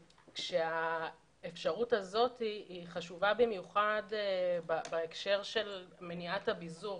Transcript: האפשרות הזאת חשובה במיוחד בהקשר של מניעת הביזור,